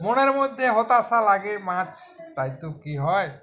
মনের মধ্যে হতাশা লাগে মাছ তাই তো কি হয়